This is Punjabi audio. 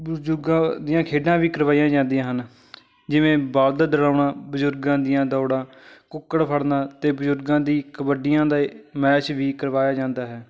ਬਜ਼ੁਰਗਾਂ ਦੀਆਂ ਖੇਡਾਂ ਵੀ ਕਰਵਾਈਆਂ ਜਾਂਦੀਆਂ ਹਨ ਜਿਵੇਂ ਬਲਦ ਦੜਾਉਣਾ ਬਜ਼ੁਰਗਾਂ ਦੀਆਂ ਦੌੜਾਂ ਕੁੱਕੜ ਫੜਨਾ ਅਤੇ ਬਜ਼ੁਰਗਾਂ ਦੀ ਕਬੱਡੀਆਂ ਦੇ ਮੈਚ ਵੀ ਕਰਵਾਇਆ ਜਾਂਦਾ ਹੈ